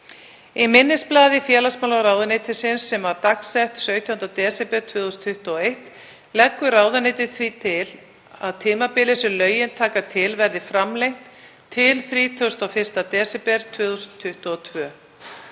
Í minnisblaði félagsmálaráðuneytisins, dagsett 17. desember 2021, leggur ráðuneytið til að tímabilið sem lögin taka til verði framlengt til 31. desember 2022.